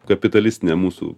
kapitalistinė mūsų